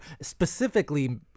specifically